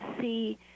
see